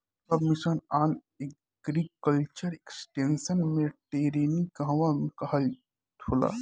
सब मिशन आन agriculture extension मै टेरेनीं कहवा कहा होला?